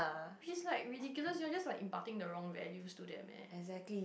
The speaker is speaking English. please lah ridiculous you're just like imparting the wrong values to them eh